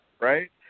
right